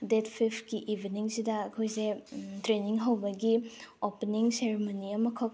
date ꯐꯤꯐꯀꯤ ꯏꯚꯤꯅꯤꯡꯁꯤꯗ ꯑꯩꯈꯣꯏꯁꯦ ꯇ꯭ꯔꯦꯟꯅꯤꯡ ꯍꯧꯕꯒꯤ ꯑꯣꯄꯟꯅꯤꯡ ꯁꯦꯔꯃꯣꯅꯤ ꯑꯃꯈꯛ